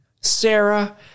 Sarah